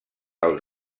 als